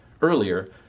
earlier